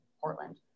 Portland